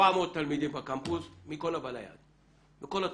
700 תלמידים בקמפוס, מכל הבא ליד, וכל התופעות.